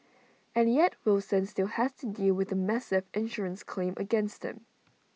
and yet Wilson still has to deal with A massive insurance claim against him